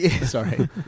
Sorry